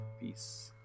Peace